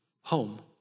home